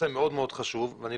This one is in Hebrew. כי זה נושא מאוד מאוד חשוב.